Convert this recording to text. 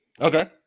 Okay